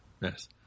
Yes